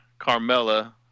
Carmella